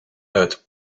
uit